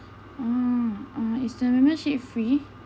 oh uh is the membership free